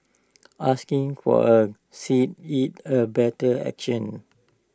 asking for A seat is A better action